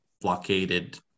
blockaded